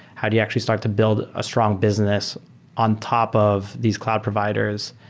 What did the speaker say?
how do you actually start to build a strong business on top of these cloud providers?